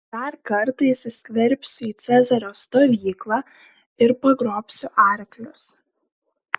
dar kartą įsiskverbsiu į cezario stovyklą ir pagrobsiu arklius